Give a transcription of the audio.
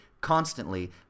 constantly